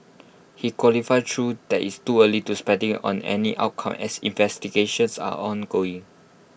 he qualified though that IT is too early to speculate on any outcome as investigations are ongoing